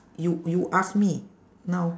you you ask me now